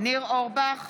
ניר אורבך,